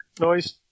noise